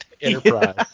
Enterprise